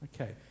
Okay